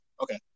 Okay